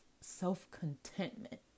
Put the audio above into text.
self-contentment